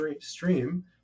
stream